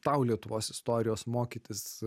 tau lietuvos istorijos mokytis